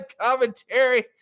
commentary